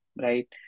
right